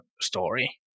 story